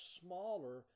smaller